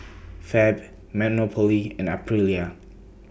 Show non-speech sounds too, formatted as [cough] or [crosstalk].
[noise] Fab Monopoly and Aprilia